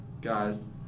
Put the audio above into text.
guys